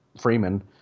Freeman